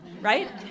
Right